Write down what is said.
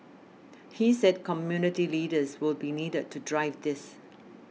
he said community leaders will be needed to drive this